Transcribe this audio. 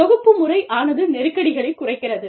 தொகுப்புமுறை ஆனது நெருக்கடிகளைக் குறைக்கிறது